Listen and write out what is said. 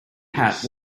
hat